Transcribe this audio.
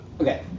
Okay